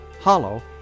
Hollow